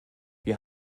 wir